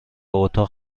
اتاق